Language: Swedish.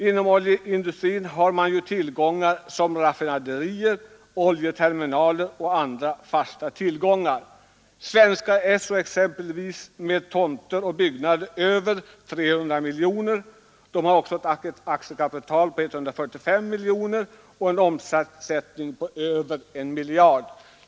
Inom oljeindustrin har man raffinaderier, oljeterminaler och andra fasta tillgångar. Svenska Esso har exempelvis med tomter och byggnader tillgångar på över 300 miljoner, ett aktiekapital på 145 miljoner och en omsättning på över 1 miljard.